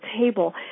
table